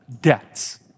debts